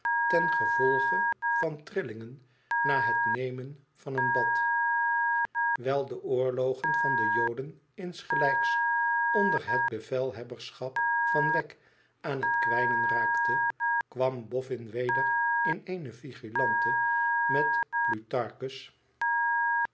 ten gevolge van rillingen na het nemen van een bad wijl de oorlogen van de joden insgelijks onder het bevelhebberschap van wegg aan het kwijnen raakten kwam boffin weder in eene vigilante met